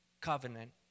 covenant